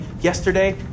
yesterday